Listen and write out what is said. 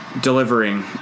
delivering